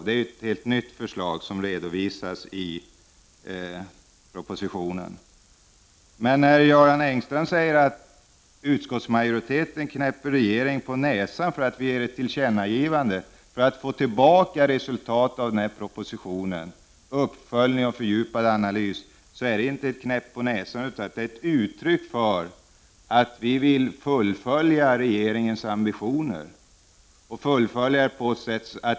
Det är ett helt nytt förslag, som redovisas i propositionen. Men när Göran Engström säger att utskottsmajoriteten knäpper regeringen på näsan för att vi avger ett tillkännagivande för att få tillbaka resultatet av propositionen, uppföljning och fördjupad analys, är det inte en knäpp på näsan, utan ett uttryck för att vi vill fullfölja regeringens ambitioner.